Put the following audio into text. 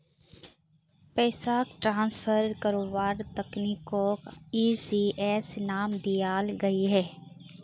पैसाक ट्रान्सफर कारवार तकनीकोक ई.सी.एस नाम दियाल गहिये